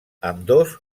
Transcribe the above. ambdós